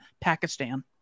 Pakistan